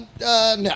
no